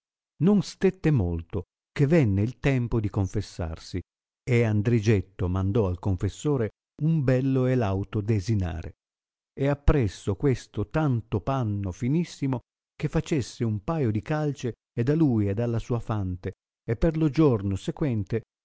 non stette molto che venne il tempo di confessarsi e andrigetto mandò al confessore un bello e lauto desinare e appresso questo tanto panno finissimo che facesse un paio di calce ed a lui ed alla sua fante e per lo giorno sequente